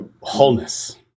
wholeness